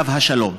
עליו השלום,